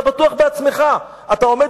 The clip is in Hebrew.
אתה בטוח בעצמך, אתה עומד